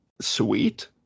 sweet